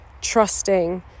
trusting